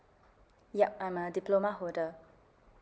yup I'm a diploma holder